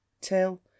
till